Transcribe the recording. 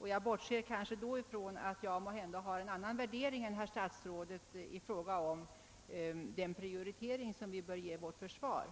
men bortser kanske samtidigt från att jag har en annan värdering än statsrådet när det gäller den prioritering som vi bör ge vårt försvar.